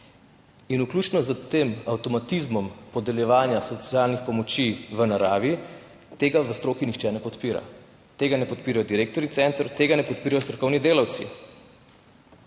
In vključno s tem avtomatizmom podeljevanja socialnih pomoči v naravi, tega v stroki nihče ne podpira. Tega ne podpirajo direktorji centrov, tega ne podpirajo strokovni delavci.